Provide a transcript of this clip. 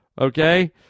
Okay